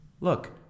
look